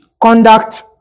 conduct